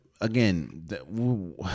Again